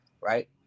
right